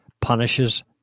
punishes